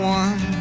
one